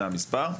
זה המספר.